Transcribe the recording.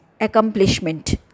accomplishment